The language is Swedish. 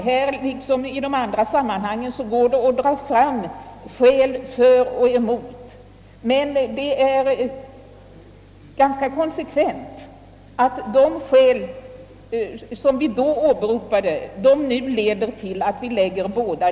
Här liksom i andra sammanhang kan skäl för och emot anföras, men denna förläggning till Örebro är en konsekvens av vårt tidigare ställningstagande.